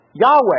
Yahweh